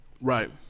Right